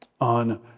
on